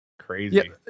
Crazy